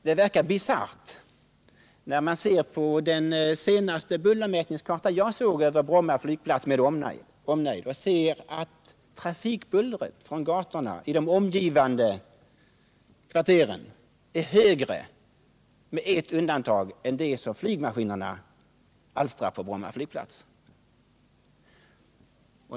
Det verkar bisarrt när man studerar den senaste bullerkartan över Bromma flygplats med omnejd och finner att trafikbullret på gatorna i de omgivande kvarteren är högre, med ett undantag, än det buller som flygmaskinerna alstrar på Bromma flygplats.